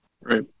Right